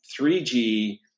3G